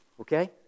okay